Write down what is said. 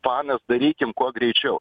pa mes darykim kuo greičiau